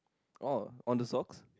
oh on the socks